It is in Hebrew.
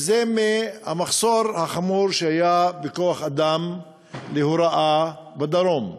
וזה בשל המחסור החמור שהיה בכוח-אדם להוראה בדרום.